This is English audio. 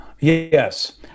yes